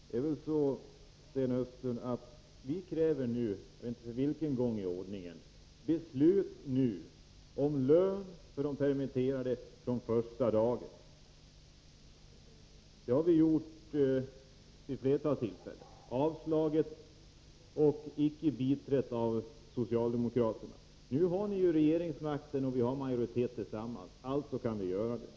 Herr talman! Vi kräver nu, Sten Östlund — jag vet inte för vilken gång i ordningen — beslut om lön för permitterade från första dagen. Det har vi gjort vid ett flertal tillfällen. Det har blivit avslag — och förslaget har icke biträtts av socialdemokraterna. Men nu har ni regeringsmakten, och vi har majoritet tillsammans — alltså kan vi göra något.